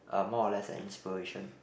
uh more or less an inspiration